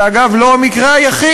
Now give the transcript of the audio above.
זה, אגב, לא המקרה היחיד.